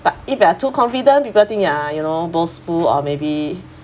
but if you are too confident people think you are you know boastful or maybe